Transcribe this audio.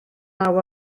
naw